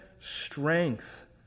strength